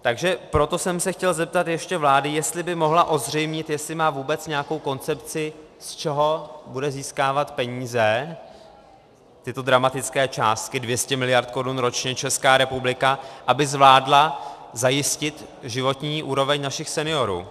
Takže proto jsem se chtěl zeptat ještě vlády, jestli by mohla ozřejmit, jestli má vůbec nějakou koncepci, z čeho bude získávat peníze, tyto dramatické částky, 200 mld. korun ročně, Česká republika, aby zvládla zajistit životní úroveň našich seniorů.